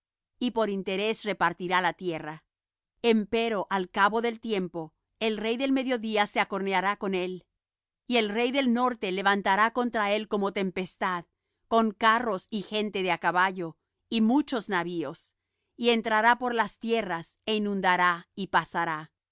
y por interés repartirá la tierra empero al cabo del tiempo el rey del mediodía se acorneará con él y el rey del norte levantará contra él como tempestad con carros y gente de á caballo y muchos navíos y entrará por las tierras é inundará y pasará